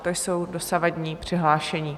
To jsou dosavadní přihlášení.